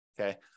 okay